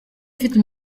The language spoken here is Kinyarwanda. ifite